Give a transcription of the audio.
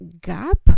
gap